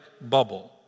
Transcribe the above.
bubble